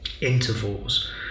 intervals